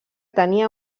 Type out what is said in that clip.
tenia